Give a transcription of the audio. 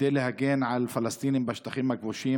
להגן על פלסטינים בשטחים הכבושים,